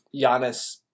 Giannis